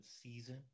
season